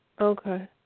Okay